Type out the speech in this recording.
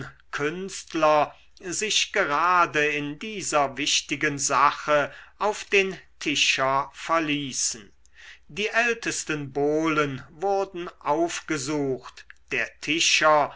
künstler sich gerade in dieser wichtigen sache auf den tischer verließen die ältesten bohlen wurden aufgesucht der tischer